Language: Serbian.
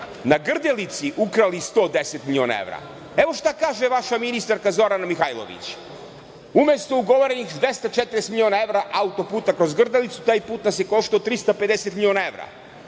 na Grdelici ukrali 110 miliona evra. Evo šta kaže vaša ministarka Zorana Mihajlović. Umesto ugovorenih 240 miliona evra auto-puta kroz Grdelicu, taj put nas je koštao 350 miliona evra.